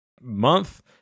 month